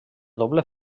doble